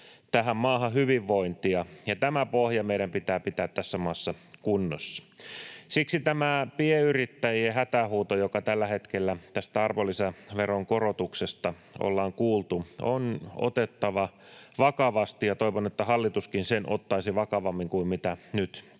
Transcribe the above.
tähän maahan hyvinvointia. Tämä pohja meidän pitää pitää tässä maassa kunnossa. Siksi tämä pienyrittäjien hätähuuto, joka tällä hetkellä tästä arvonlisäveron korotuksesta ollaan kuultu, on otettava vakavasti, ja toivon, että hallituskin sen ottaisi vakavammin kuin mitä nyt